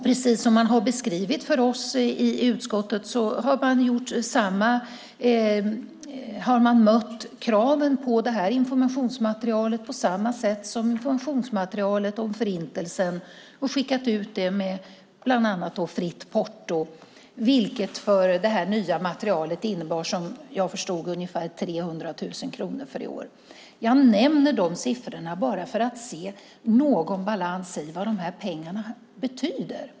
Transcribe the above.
Precis som man har beskrivit för oss i utskottet har man mött kraven på det här informationsmaterialet på samma sätt som kraven på informationsmaterialet om Förintelsen och skickat ut det bland annat med fritt porto, vilket för det nya materialet som jag förstod innebar ungefär 300 000 kronor för i år. Jag nämner de siffrorna bara för att man ska se någon balans i vad pengarna betyder.